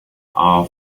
our